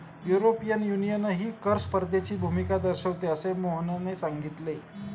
European युनियनही कर स्पर्धेची भूमिका दर्शविते, असे मोहनने सांगितले